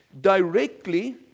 directly